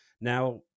now